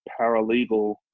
paralegal